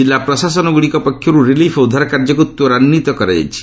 ଜିଲ୍ଲା ପ୍ରଶାସନଗୁଡ଼ିକ ପକ୍ଷରୁ ରିଲିଫ୍ ଓ ଉଦ୍ଧାର କାର୍ଯ୍ୟକୁ ତ୍ୱରାନ୍ୱିତ କରାଯାଇଛି